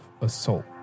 assault